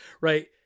right